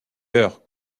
heure